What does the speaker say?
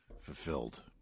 fulfilled